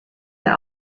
der